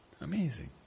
Amazing